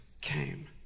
came